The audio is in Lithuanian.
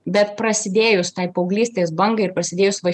bet prasidėjus tai paauglystės bangai ir prasidėjus va